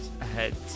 ahead